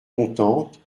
contente